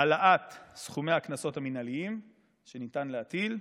העלאת סכומי הקנסות המינהליים שניתן להטיל,